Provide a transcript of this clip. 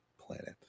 planet